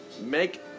Make